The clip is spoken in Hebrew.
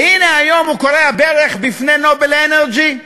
והנה, היום הוא כורע ברך בפני "נובל אנרג'י".